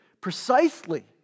precisely